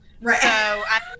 Right